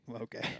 Okay